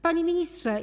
Panie Ministrze!